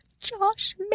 Josh